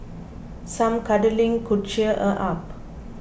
some cuddling could cheer her up